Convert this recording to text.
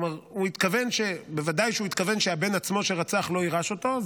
כלומר בוודאי שהוא התכוון שהבן עצמו שרצח לא יירש אותו,